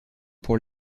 pour